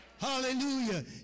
Hallelujah